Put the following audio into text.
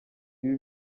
ibi